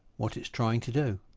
what it's trying to do.